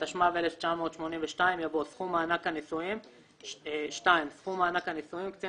התשמ"ב-1982 יבוא: "סכום מענק הנישואין 2. קצין